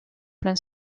plein